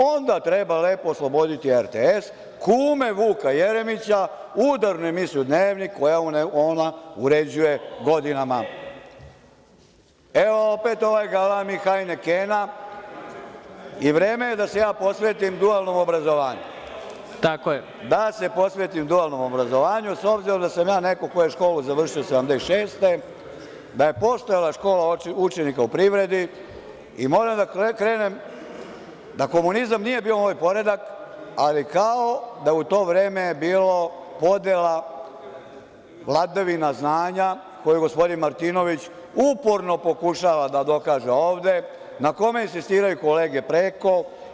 Onda lepo treba osloboditi RTS kume Vuka Jeremića u udarnoj emisiji dnevnika koju ona uređuje godinama. (Radoslav Milojičić: Da li je ovo o temi?) Opet ovaj galami hajne Kena i vreme je da se ja posvetim dualnom obrazovanju, s obzirom da sam ja neko ko je školu završio 1976. godine, da je postojala škola učenika u privredi i moram da krenem da komunizam nije bio moj poredak, ali kao da je u to vreme bila podela vladavine znanja koju gospodin Martinović uporno pokušava da dokaže ovde, na kome insistiraju kolege preko.